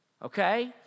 Okay